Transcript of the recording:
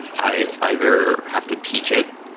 i either have to teach it,